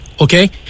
okay